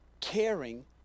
Caring